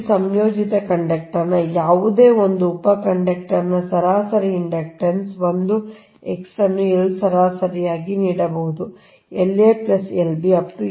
ಈಗ ಸಂಯೋಜಿತ ಕಂಡಕ್ಟರ್ ನ ಯಾವುದೇ ಒಂದು ಉಪ ಕಂಡಕ್ಟರ್ನ ಸರಾಸರಿ ಇಂಡಕ್ಟನ್ಸ್ ಒಂದು X ಅನ್ನು L ಸರಾಸರಿಯಾಗಿ ನೀಡಬಹುದು La Lb